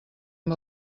amb